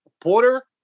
porter